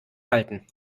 halten